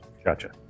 gotcha